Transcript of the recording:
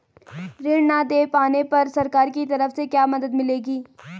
ऋण न दें पाने पर सरकार की तरफ से क्या मदद मिलेगी?